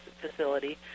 facility